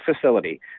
facility